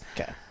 Okay